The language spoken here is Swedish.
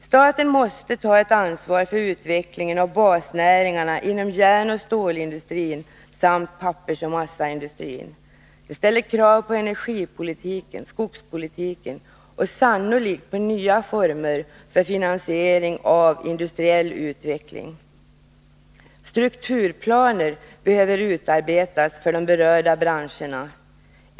Staten måste ta ett ansvar för utvecklingen av basnäringarna inom järnoch stålindustrin samt pappersoch massaindustrin. Det ställer krav på energipolitiken, skogspolitiken och sannolikt på nya former för finansiering av industriell utveckling. Strukturplaner behöver utarbetas för de berörda branscherna.